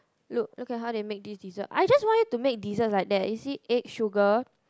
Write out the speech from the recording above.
look look at how they make this dessert I just want you to make desserts like that is it egg sugar